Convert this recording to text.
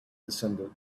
descended